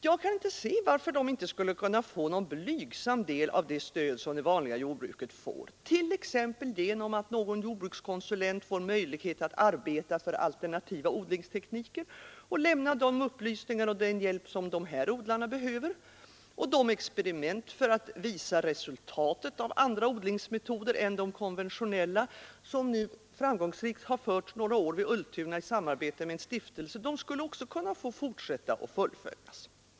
Jag kan inte se varför dessa odlare inte skulle kunna få någon blygsam del av det stöd som det vanliga jordbruket får, t.ex. genom att någon jordbrukskonsulent får möjlighet att arbeta för alternativ odlingsteknik och lämna de upplysningar och den hjälp som dess odlare behöver. De experiment för att visa resultatet av andra odlingsmetoder än de konventionella som framgångsrikt har bedrivits under några år vid Ultuna i samarbete med en stiftelse skulle alltså kunna få fortsätta och fullföljas.